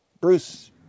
Bruce